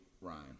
Ryan